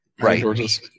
Right